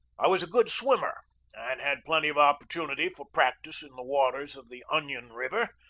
i was a good swimmer and had plenty of opportunity for practice in the waters of the onion river,